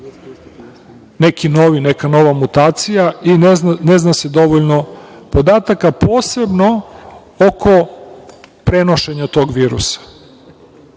je sada neka nova mutacija i ne zna se dovoljno podataka, posebno oko prenošenja tog virusa.